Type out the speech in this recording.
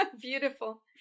Beautiful